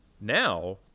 Now